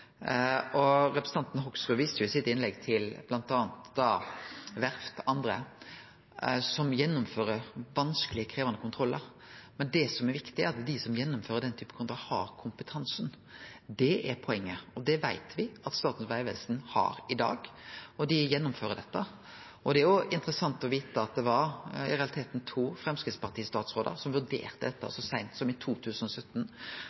Representanten Hoksrud viste i innlegget sitt til bl.a. verft og andre som gjennomfører vanskelege og krevjande kontrollar. Men det som er viktig, er at dei som gjennomfører den typen kontrollar, har kompetansen. Det er poenget. Det veit me at Statens vegvesen har i dag, og dei gjennomfører dette. Det er òg interessant å vite at det i realiteten var to Framstegsparti-statsrådar som vurderte dette